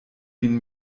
vin